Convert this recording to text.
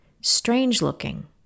strange-looking